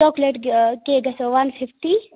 chocolate گژھیو one fifty